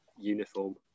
uniform